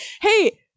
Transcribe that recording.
hey